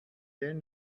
then